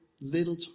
little